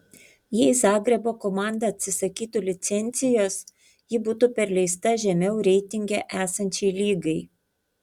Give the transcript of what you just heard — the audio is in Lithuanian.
jei zagrebo komanda atsisakytų licencijos ji būtų perleista žemiau reitinge esančiai lygai